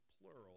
plural